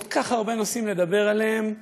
כל כך הרבה נושאים לדבר עליהם,